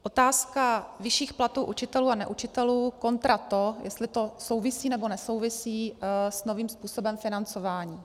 Otázka vyšších platů učitelů a neučitelů kontra to, jestli to souvisí nebo nesouvisí s novým způsobem financování.